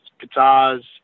Guitars